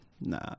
nah